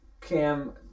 Cam